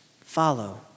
follow